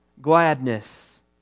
gladness